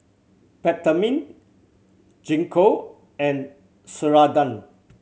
Peptamen Gingko and Ceradan